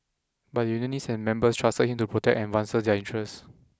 but the unionists and members trusted him to protect and advance their interests